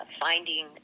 finding